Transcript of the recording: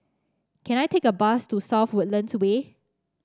can I take a bus to South Woodlands Way